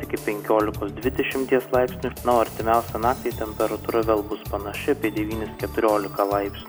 iki penkiolikos dvidešimties laipsnių na o artimiausią naktį temperatūra vėl bus panaši devynis keturiolika laips